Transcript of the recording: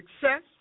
success